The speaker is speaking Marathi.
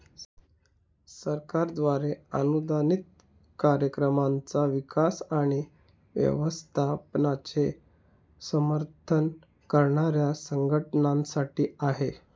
सरकारद्वारे अनुदानित कार्यक्रमांचा विकास आणि व्यवस्थापनाचे समर्थन करणाऱ्या संघटनांसाठी आहे